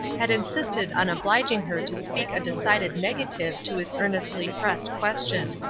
had insisted on obliging her to speak a decided negative to his earnestly pressed question.